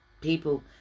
people